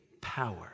power